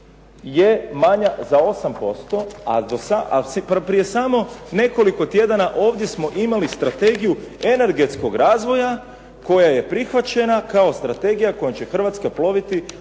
je mana za 8%, a prije samo nekoliko tjedana ovdje smo imali strategiju energetskog razvoja koja je prihvaćena kao strategija kojom će Hrvatska ploviti